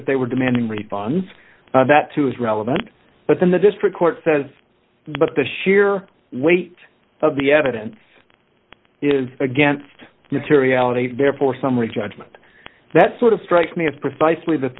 that they were demanding refunds that too is relevant but then the district court says but the sheer weight of the evidence is against materiality therefore summary judgment that sort of strikes me as precisely